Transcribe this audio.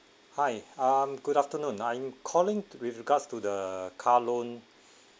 hi um good afternoon I'm calling with regards to the car loan